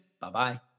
Bye-bye